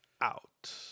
out